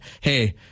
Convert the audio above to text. hey